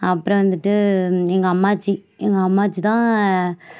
அப்றம் வந்துட்டு எங்கள் அம்மாச்சி எங்கள் அம்மாச்சிதான்